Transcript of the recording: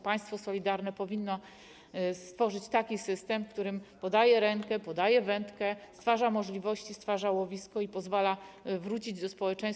Państwo solidarne powinno stworzyć system, w którym podaje rękę, podaje wędkę, stwarza możliwości, stwarza łowisko i pozwala wrócić do społeczeństwa.